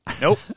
Nope